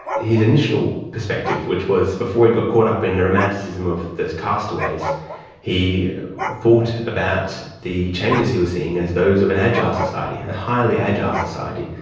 his initial perspective which was before he got caught up in the romanticism of those castaways he thought about the changes he was seeing as those of an agile society, a highly agile society,